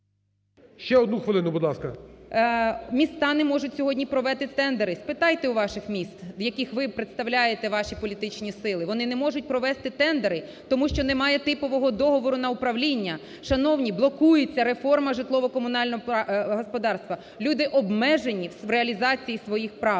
Ще одну хвилину, будь ласка. БАБАК А.В. Міста не можуть сьогодні провести тендери, спитайте у ваших міст в яких ви представляєте ваші політичні сили, вони не можуть провести тендери, тому що немає типового договору на управління. Шановні, блокується реформа житлово-комунального господарства, люди обмежені в реалізації своїх прав.